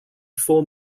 four